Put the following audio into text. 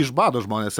iš bado žmonės